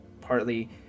partly